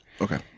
Okay